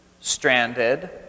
stranded